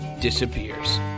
disappears